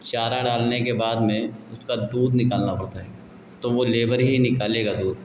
चारा डालने के बाद में उसका दूध निकालना पड़ता है तो वह लेबर ही निकलेगा दूध